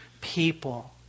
people